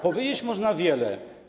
Powiedzieć można wiele.